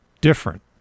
different